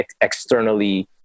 externally